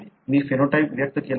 मी phenotype व्यक्त केला आहे